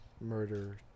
Murder